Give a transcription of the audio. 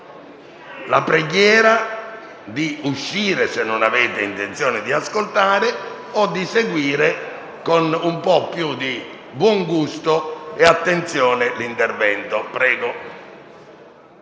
la preghiera di uscire, se non si ha intenzione di ascoltare o di seguire con un po' più di buon gusto e attenzione l'intervento